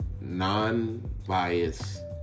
non-biased